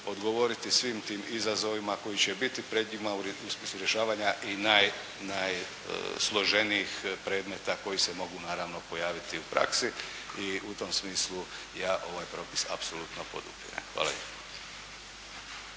odgovoriti svim tim izazovima koji će biti pred njima u smislu rješavanja i najsloženijih predmeta koji se mogu naravno pojaviti u praksi. I u tom smislu ja ovaj propis apsolutno podupirem. Hvala